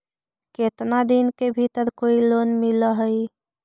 केतना दिन के भीतर कोइ लोन मिल हइ?